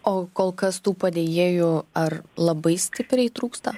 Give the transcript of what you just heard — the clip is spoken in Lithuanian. o kol kas tų padėjėjų ar labai stipriai trūksta